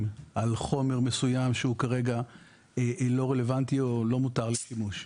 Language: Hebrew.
על חומר מסוים שהוא כרגע לא רלוונטי או לא מותר לשימוש.